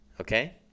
Okay